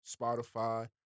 Spotify